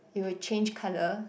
it will change colour